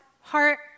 heart